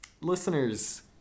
listeners